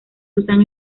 susan